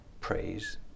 praise